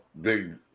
big